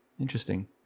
Interesting